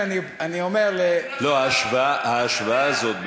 ההשוואה הזאת,